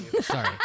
Sorry